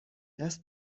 دست